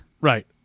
right